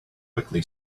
quickly